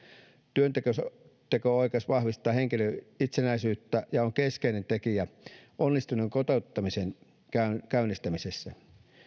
työnteko työnteko oikeus vahvistaa henkilön itsenäisyyttä ja on keskeinen tekijä onnistuneen kotouttamisen käynnistämisessä